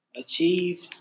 achieve